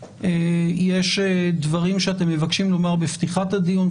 יש דברים שאתם מבקשים לומר בפתיחת הדיון.